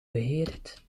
begeerd